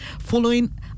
following